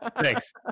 Thanks